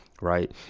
right